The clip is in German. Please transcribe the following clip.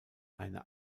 eine